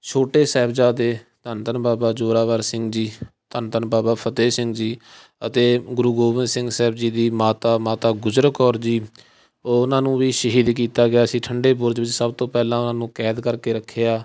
ਛੋਟੇ ਸਾਹਿਬਜ਼ਾਦੇ ਧੰਨ ਧੰਨ ਬਾਬਾ ਜ਼ੋਰਾਵਰ ਸਿੰਘ ਜੀ ਧੰਨ ਧੰਨ ਬਾਬਾ ਫਤਿਹ ਸਿੰਘ ਜੀ ਅਤੇ ਗੁਰੂ ਗੋਬਿੰਦ ਸਿੰਘ ਸਾਹਿਬ ਜੀ ਦੀ ਮਾਤਾ ਮਾਤਾ ਗੁਜਰ ਕੌਰ ਜੀ ਉਹਨਾਂ ਨੂੰ ਵੀ ਸ਼ਹੀਦ ਕੀਤਾ ਗਿਆ ਸੀ ਠੰਡੇ ਬੁਰਜ ਵਿੱਚ ਸਭ ਤੋਂ ਪਹਿਲਾਂ ਉਹਨਾਂ ਨੂੰ ਕੈਦ ਕਰਕੇ ਰੱਖਿਆ